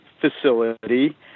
facility